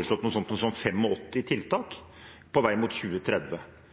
slikt som 85 tiltak på vei mot 2030. Det er tiltak som